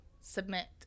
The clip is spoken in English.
submit